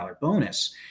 bonus